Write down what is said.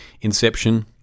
inception